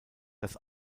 dass